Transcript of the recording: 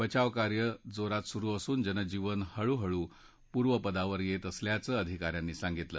बचाव कार्य जोरात सुरु असून जनजीवन हळूहळू पूर्वपदावर येत असल्याचं अधिकाऱ्यांनी सांगितलं